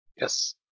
Yes